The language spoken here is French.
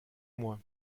moi